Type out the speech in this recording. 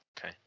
okay